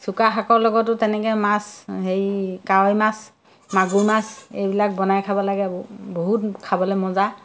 চুকা শাকৰ লগতো তেনেকৈ মাছ হেৰি কাৱৈ মাছ মাগুৰ মাছ এইবিলাক বনাই খাব লাগে বহুত খাবলৈ মজা